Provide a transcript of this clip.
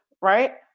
right